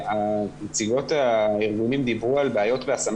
נציגות הארגונים דיברו על בעיות בהשמה